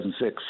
2006